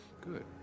Good